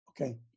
Okay